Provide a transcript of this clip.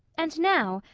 and now,